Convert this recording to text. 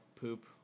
poop